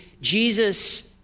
Jesus